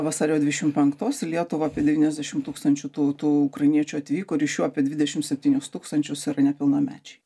vasario dvidešim penktos į lietuvą apie devyniasdešim tūkstančių tų tų ukrainiečių atvyko ir iš jų apie dvidešim septynis tūkstančius yra nepilnamečiai